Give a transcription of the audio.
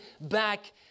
back